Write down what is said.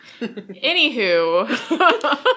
Anywho